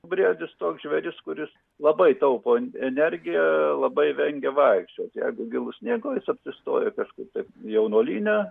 briedis toks žvėris kuris labai taupo en energiją labai vengia vaikščiot jeigu gilu sniego jis apsistoja kažkaip taip jaunuolyne